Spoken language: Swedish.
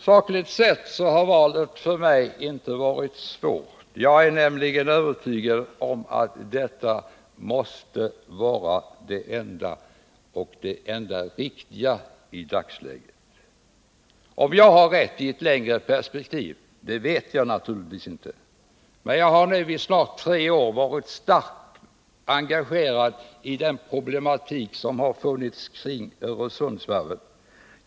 Sakligt sett har valet inte varit särskilt svårt. Jag är nämligen övertygad om att detta måste vara det enda riktiga i dagsläget. Om jag har rätt i ett längre perspektiv vet jag naturligtvis inte. I snart tre år har jag varit starkt engagerad i problematiken kring Öresundsvarvet.